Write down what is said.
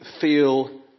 feel